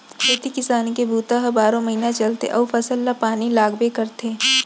खेती किसानी के बूता ह बारो महिना चलथे अउ फसल ल पानी लागबे करथे